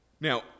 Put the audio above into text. Now